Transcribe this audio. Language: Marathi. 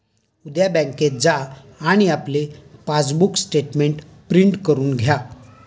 उद्या बँकेत जा आणि आपले पासबुक स्टेटमेंट प्रिंट करून घ्या